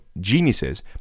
geniuses